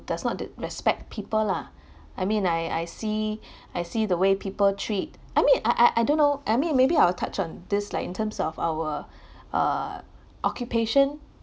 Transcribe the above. does not that respect people lah I mean I I see I see the way people treat I mean I I I don't know I mean maybe I will touch on this like in terms of our uh occupation